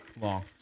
Long